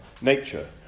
nature